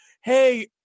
Hey